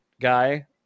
guy